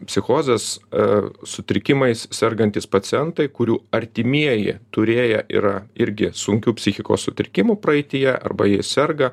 psichozės ar ar sutrikimais sergantys pacientai kurių artimieji turėję yra irgi sunkių psichikos sutrikimų praeityje arba jie serga